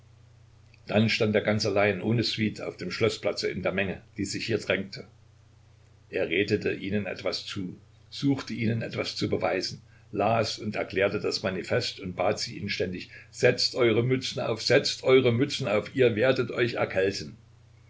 dann stand er ganz allein ohne suite auf dem schloßplatze in der menge die sich hier drängte er redete ihnen etwas zu suchte ihnen etwas zu beweisen las und erklärte das manifest und bat sie inständig setzt eure mützen auf setzt eure mützen auf ihr werdet euch erkälten